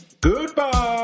goodbye